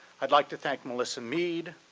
i'd like to thank melissa mead,